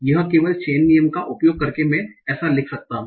यह केवल चेन नियम का उपयोग करके मैं ऐसा लिख सकता हूं